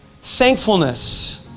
Thankfulness